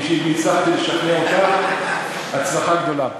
אם הצלחתי לשכנע אותך, הצלחה גדולה.